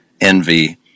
envy